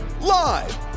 live